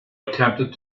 attempted